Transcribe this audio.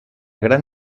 gran